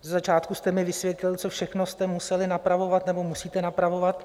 Ze začátku jste mi vysvětlil, co všechno jste museli napravovat nebo musíte napravovat.